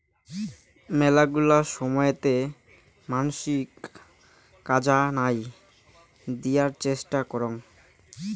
মেলাগিলা সময়তে মানসি কাজা নাই দিয়ার চেষ্টা করং